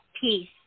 peace